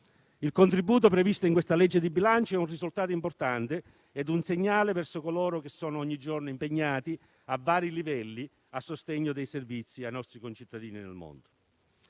Il contributo previsto in questa manovra di bilancio è un risultato importante e un segnale verso coloro che ogni giorno sono impegnati, a vari livelli, a sostegno dei servizi ai nostri concittadini nel mondo.